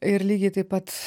ir lygiai taip pat